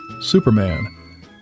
Superman